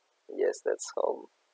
yes that's some